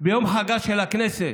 ביום חגה של הכנסת,